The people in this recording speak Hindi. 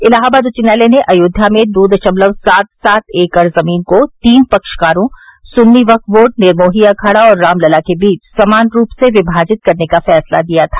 इलाहाबाद उच्च न्यायालय ने अयोध्या में दो दशमलव सात सात एकड़ जमीन को तीन पक्षकारों सुन्नी वक्फ बोर्ड निर्मोही अखाड़ा और रामलला के बीच समान रूप से विभाजित करने का फैसला दिया था